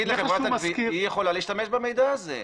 היא יכולה להשתמש במידע הזה,